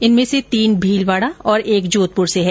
इनमें से तीन भीलवाड़ा और एक जोधप्र से है